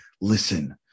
listen